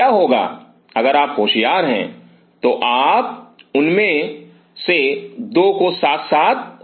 क्या होगा अगर आप होशियार हैं तो आप उनमें से 2 को साथ साथ रख सकते हैं